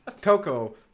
Coco